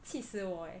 气死我了